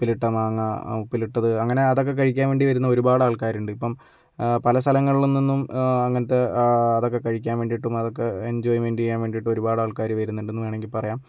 ഉപ്പിലിട്ട മാങ്ങാ ഉപ്പിലിട്ടത് അങ്ങനെ അതൊക്കെ കഴിക്കാൻ വേണ്ടി വരുന്ന ഒരുപാട് ആൾക്കാരുണ്ട് ഇപ്പം പല സ്ഥലങ്ങളിൽ നിന്നും അങ്ങനത്തെ അതൊക്കെ കഴിക്കാൻ വേണ്ടീട്ടും അതൊക്കെ എൻജോയ്മെൻറ്റ് ചെയ്യാൻ വേണ്ടിയിട്ടും ഒരുപാട് ആൾക്കാര് വരുന്നുണ്ടെന്ന് വേണമെങ്കിൽ പറയാം